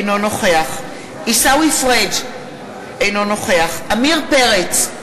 אינו נוכח עיסאווי פריג' אינו נוכח עמיר פרץ,